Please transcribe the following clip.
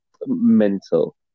mental